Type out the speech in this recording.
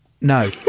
No